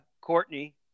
Courtney